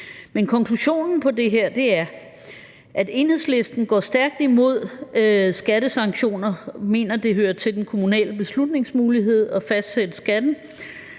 aften. Konklusionen på det her er, at Enhedslisten går stærkt imod skattesanktioner. Vi mener, at det hører til den kommunale beslutningsmulighed at fastsætte skatten,